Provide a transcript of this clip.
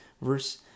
verse